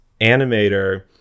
animator